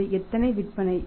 எனவே எத்தனை விற்பனை